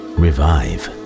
revive